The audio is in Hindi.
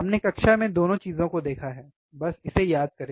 हमने कक्षा में दोनों चीजों को देखा है बस इसे याद करें